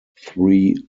three